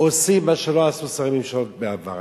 עושים מה שלא עשו שרי ממשלות בעבר.